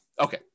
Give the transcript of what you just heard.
Okay